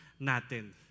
natin